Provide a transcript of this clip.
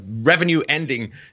revenue-ending